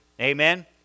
Amen